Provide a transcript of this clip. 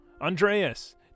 Andreas